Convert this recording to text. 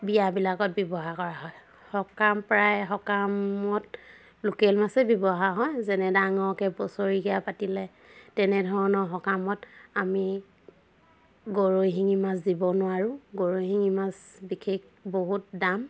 বিয়াবিলাকত ব্যৱহাৰ কৰা হয় সকাম প্ৰায় সকামত লোকেল মাছেই ব্যৱহাৰ হয় যেনে ডাঙৰকে বছৰেকীয়া পাতিলে তেনেধৰণৰ সকামত আমি গৰৈ শিঙি মাছ দিব নোৱাৰোঁ গৰৈ শিঙি মাছ বিশেষ বহুত দাম